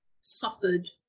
suffered